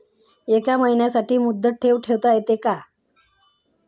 एका महिन्यासाठी मुदत ठेव ठेवता येते का?